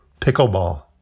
pickleball